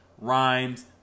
rhymes